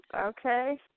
Okay